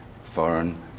foreign